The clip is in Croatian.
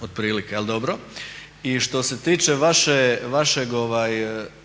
otprilike. Ali dobro. I što se tiče vašeg